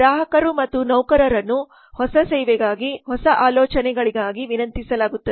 ಗ್ರಾಹಕರು ಮತ್ತು ನೌಕರರನ್ನು ಹೊಸ ಸೇವೆಗಾಗಿ ಹೊಸ ಆಲೋಚನೆಗಳಿಗಾಗಿ ವಿನಂತಿಸಲಾಗುತ್ತದೆ